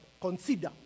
Consider